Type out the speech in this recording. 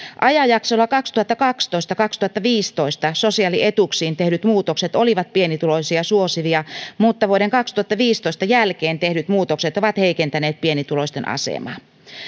ajanjaksolla kaksituhattakaksitoista viiva kaksituhattaviisitoista sosiaalietuuksiin tehdyt muutokset olivat pienituloisia suosivia mutta vuoden kaksituhattaviisitoista jälkeen tehdyt muutokset ovat heikentäneet pienituloisten asemaa